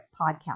podcast